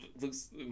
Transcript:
Looks